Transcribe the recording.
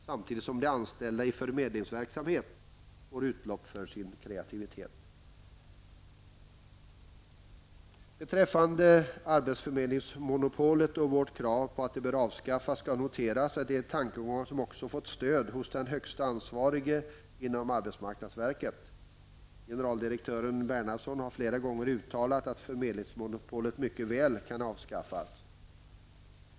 Samtidigt får de anställda i förmedlingsverksamheten utlopp för sin kreativitet. Beträffande arbetsförmedlingsmonopolet och vårt krav att det bör avskaffas, skall noteras att det är tankegångar som också fått stöd hos den högste ansvarige inom arbetsmarknadsverket. Generaldirektör Bernhardsson har flera gånger uttalat att förmedlingsmonopolet mycket väl kan avskaffas.